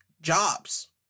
jobs